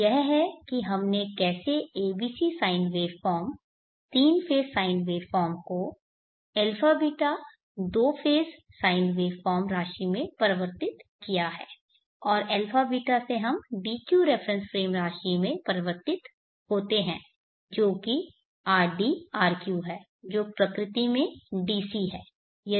तो यह है कि हमने कैसे abc साइन वेवफॉर्म तीन फेज़ साइन वेवफॉर्म्स को αβ दो फेज़ साइन वेवफॉर्म्स राशि में परिवर्तित किया है और α β से हम dq रेफरेन्स फ्रेम राशि में परिवर्तित होते हैं जो कि rd rq है जो प्रकृति में DC हैं